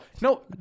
no